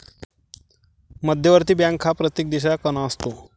मध्यवर्ती बँक हा प्रत्येक देशाचा कणा असतो